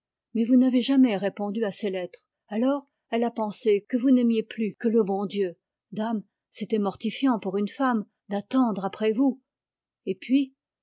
mais vous n'avez jamais répondu à ses lettres alors elle a pensé que vous n'aimiez plus que le bon dieu dame c'était mortifiant pour une femme d'attendre après vous et puis